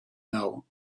now